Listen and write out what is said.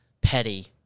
petty